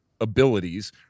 abilities